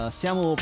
siamo